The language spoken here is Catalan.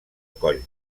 coll